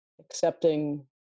accepting